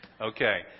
Okay